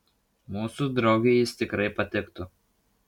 mūsų draugei jis tikrai patiktų